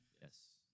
Yes